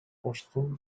оштун